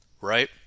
right